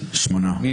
2